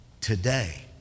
today